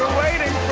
waiting